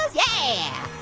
yeah!